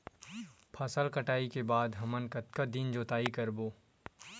फसल कटाई के बाद हमन कतका दिन जोताई करबो?